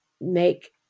make